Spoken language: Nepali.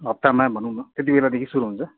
हप्तामा भनौँ न त्यति बेलादेखि सुरु हुन्छ